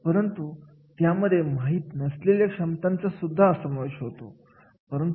परंतु त्यामध्ये माहित नसलेल्या क्षमतांचा सुद्धा समावेश होतो